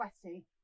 sweaty